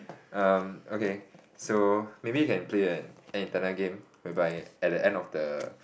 um okay so maybe we can play a an internal game whereby at the end of the